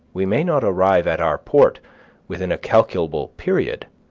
we may not arrive at our port within a calculable period,